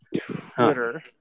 Twitter